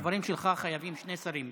לדברים שלך חייבים שני שרים.